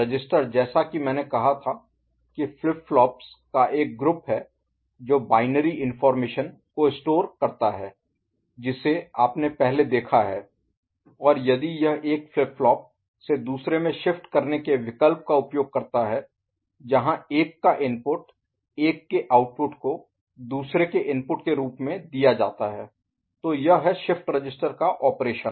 register जैसा कि मैंने कहा था कि फ्लिप फ्लॉप्स का एक ग्रुप है जो बाइनरी इनफार्मेशन Binary Information द्विआधारी जानकारी को स्टोर Store संग्रहीत करता है जिसे आपने पहले देखा है और यदि यह एक फ्लिप फ्लॉप से दूसरे में शिफ्ट करने के विकल्प का उपयोग करता है जहां एक का इनपुट एक के आउटपुट को दूसरे के इनपुट के रूप में दिया जाता है तो यह है शिफ्ट रजिस्टर का ऑपरेशन